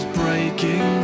breaking